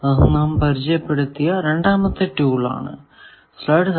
അത് നാം പരിചയപ്പെടുത്തിയ രണ്ടാമത്തെ ടൂൾ ആണ്